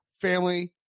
family